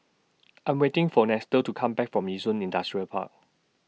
I Am waiting For Nestor to Come Back from Yishun Industrial Park